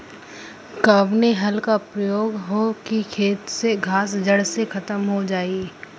कवने हल क प्रयोग हो कि खेत से घास जड़ से खतम हो जाए?